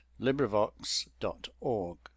LibriVox.org